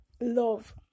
love